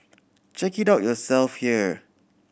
check it out yourself here